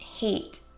Hate